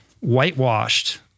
whitewashed